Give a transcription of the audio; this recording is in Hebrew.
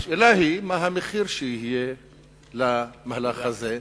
השאלה היא מה המחיר שיהיה למהלך הזה.